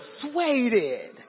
persuaded